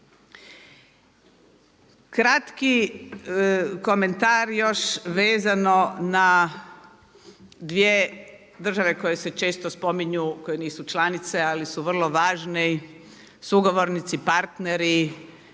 Kratki komentar još vezano na 2 države koje se često spominju, koje nisu članice ali su vrlo važne sugovornici, partneri